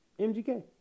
MGK